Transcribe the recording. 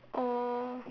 oh